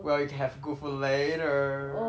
well you can have good food later